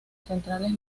centrales